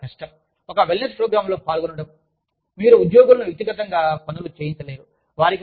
ఇది చాలా కష్టం ఒక వెల్నెస్ ప్రోగ్రామ్లో పాల్గొనడం మీరు ఉద్యోగులను వ్యక్తిగతంగా పనులుచేయించలేరు